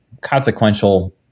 consequential